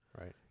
Right